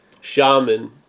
shaman